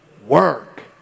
Work